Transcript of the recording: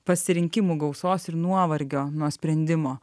pasirinkimų gausos ir nuovargio nuo sprendimo